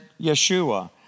Yeshua